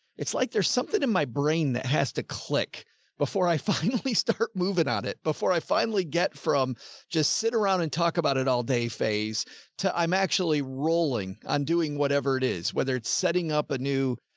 it's like there's something in my brain that has to click before i finally start moving on it before i finally get from just sit around and talk about it all day phase to, i'm actually rolling on doing whatever it is, whether it's setting up a new,